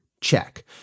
check